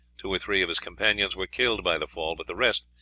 two or three of his companions were killed by the fall, but the rest,